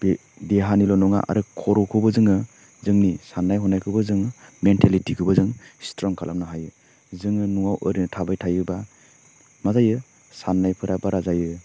बे देहानिल' नङा आरो खर'खौबो जोङो जोंनि सान्नाय हनायखौबो जों मेन्टेलिटिखौबो जों स्ट्रं खालामनो हायो जोङो न'वाव ओरैनो थाबाय थायोबा मा जायो सान्नायफोरा बारा जायो